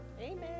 Amen